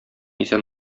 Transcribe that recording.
исән